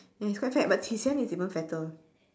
ya he's quite fat but qi xian is even fatter